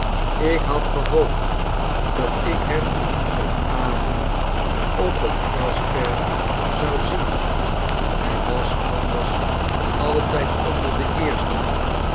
ik had gehoopt dat ik hem van avond op het grasperk zou zien hij was anders altijd onder de eersten